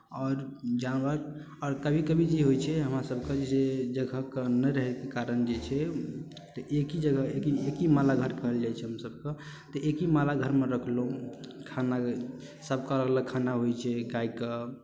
आओर जानवर आओर कभी कभी जे होइ छै हमरसभके जे छै जगहके नहि रहैके कारण जे छै जे एक ही जगह एक ही एक ही मालक घर कयल जाइ छै हमसभके तऽ एक ही मालक घरमे रखलहुँ खाना सभके अलग अलग खाना होइ छै गायके